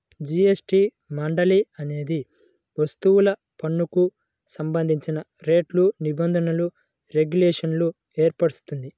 GST మండలి అనేది వస్తుసేవల పన్నుకు సంబంధించిన రేట్లు, నిబంధనలు, రెగ్యులేషన్లను ఏర్పరుస్తుంది